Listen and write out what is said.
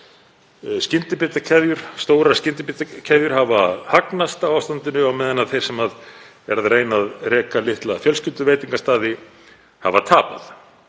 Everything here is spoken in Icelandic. þeirra aukist, stórar skyndibitakeðjur hafa hagnast á ástandinu á meðan þeir sem eru að reyna að reka litla fjölskylduveitingastaði hafa tapað.